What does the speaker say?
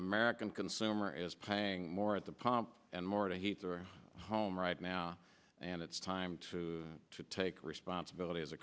american consumer is paying more at the pump and more to heat their home right now and it's time to take responsibility as a